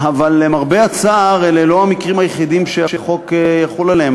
אבל למרבה הצער אלה לא המקרים היחידים שהחוק יחול עליהם,